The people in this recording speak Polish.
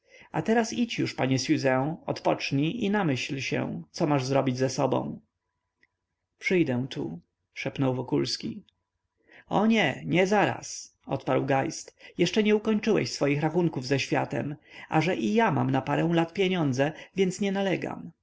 a teraz idź już panie siuzę odpocznij i namyśl się co masz zrobić ze sobą przyjdę tu szepnął wokulski o nie nie zaraz odparł geist jeszcze nie ukończyłeś swoich rachunków ze światem a że i ja mam na parę lat pieniądze więc nie nalegam